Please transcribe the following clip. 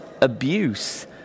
abuse